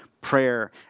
prayer